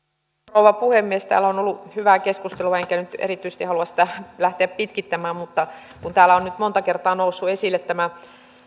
rouva puhemies täällä on ollut hyvää keskustelua enkä nyt erityisesti halua sitä lähteä pitkittämään mutta kun täällä on nyt monta kertaa noussut esille tämä